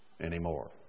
anymore